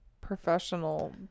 professional